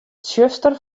tsjuster